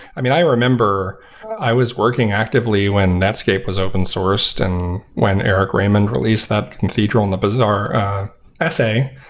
i mean, i remember i was working actively when netscape was open sourced and when eric raymond released that cathedral and the bazaar essay,